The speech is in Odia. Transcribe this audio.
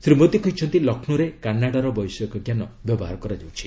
ଶ୍ରୀ ମୋଦି କହିଛନ୍ତି ଲକ୍ଷ୍ରୌରେ କାନାଡ଼ାର ବୈଷୟିକ ଜ୍ଞାନ ବ୍ୟବହାର କରାଯାଉଛି